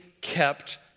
kept